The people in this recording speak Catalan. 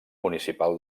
municipal